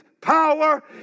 power